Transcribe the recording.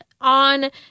on